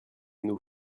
nous